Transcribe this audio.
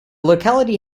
locality